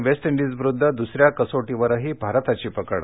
waste इंडीजविरुद्ध द्सऱ्या कसोटीवरही भारताची पकड